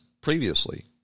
previously